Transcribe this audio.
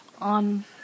on